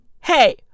hey